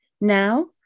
now